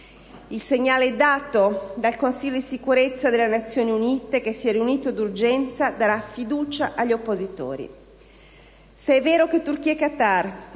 Il segnale dato dal Consiglio di Sicurezza delle Nazioni Unite, che si è riunito d'urgenza, darà fiducia agli oppositori.